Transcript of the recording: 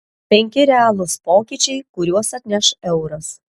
penki realūs pokyčiai kuriuos atneš euras